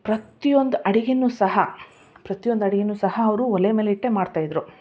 ಪ್ರತ್ತಿಯೊಂದು ಅಡುಗೇನೂ ಸಹ ಪ್ರತಿಯೊಂದು ಅಡುಗೇನೂ ಸಹ ಅವರು ಒಲೆ ಮೇಲಿಟ್ಟೆ ಮಾಡ್ತಾಯಿದ್ದರು